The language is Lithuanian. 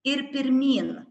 ir pirmyn